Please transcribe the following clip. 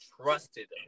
trusted